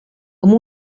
amb